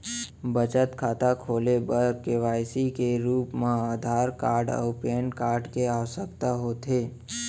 बचत खाता खोले बर के.वाइ.सी के रूप मा आधार कार्ड अऊ पैन कार्ड के आवसकता होथे